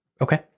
Okay